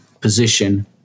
position